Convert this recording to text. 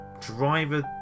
driver